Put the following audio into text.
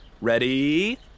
Ready